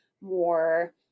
more